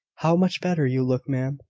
how much better you look, ma'am!